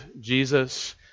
Jesus